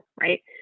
right